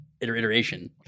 iteration